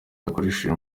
yakoresheje